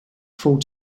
full